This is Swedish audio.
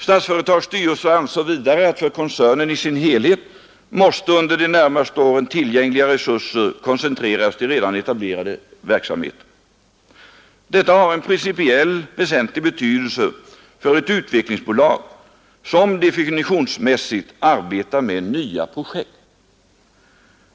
Statsföretags styrelse ansåg vidare att för koncernen i sin helhet måste under de närmaste åren tillgängliga resurser koncentreras till redan etablerad verksamhet. Detta har en principiellt väsentlig betydelse för ett utvecklingsbolag som ”definitionsmässigt” arbetar med nya projekt.